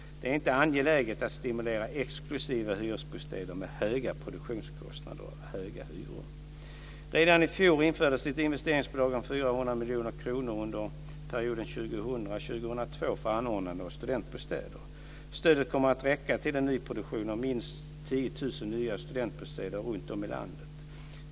Det är inte angeläget att stimulera exklusiva hyresbostäder med höga produktionskostnader och höga hyror. Redan i fjol infördes ett investeringsbidrag om 400 miljoner kronor under perioden 2000-2002 för anordnande av studentbostäder. Stödet kommer att räcka till en nyproduktion av minst 10 000 nya studentbostäder runtom i landet.